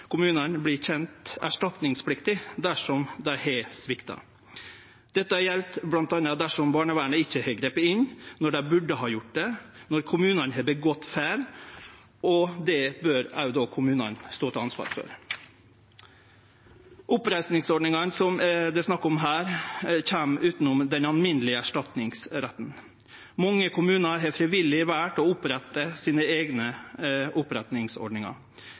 barnevernet ikkje har gripe inn når dei burde ha gjort det, og når kommunane har gjort feil, og det bør òg kommunane stå til ansvar for. Oppreisingsordningane det her er snakk om, kjem utanom den alminnelege erstatningsretten. Mange kommunar har frivillig valt å opprette sine eigne